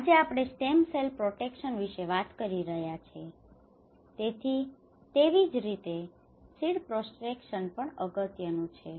આજે આપણે stem cell protection વિશે વાત કરી રહ્યા છીએ તેથી તેવી જ રીતે સીડ પ્રોટેકશન પણ અગત્યનું છે